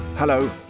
Hello